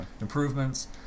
improvements